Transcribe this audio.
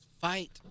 Fight